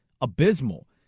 abysmal